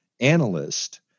analyst